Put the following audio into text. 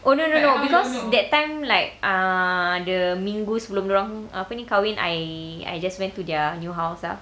oh no no no because that time like ah the minggu sebelum dorang apa ni kahwin I I just went to their new house ah